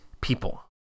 people